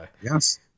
yes